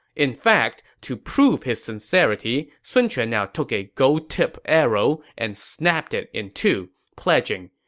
in fact, to prove his sincerity, sun quan now took a gold-tipped arrow and snapped it in two, pledging,